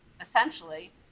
essentially